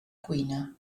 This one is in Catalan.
cuina